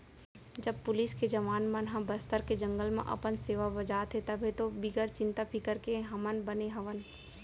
जब पुलिस के जवान मन ह बस्तर के जंगल म अपन सेवा बजात हें तभे तो बिगर चिंता फिकर के हमन बने हवन